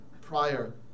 prior